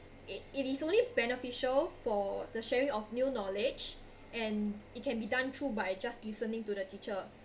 it it is only beneficial for the sharing of new knowledge and it can be done through by just listening to the teacher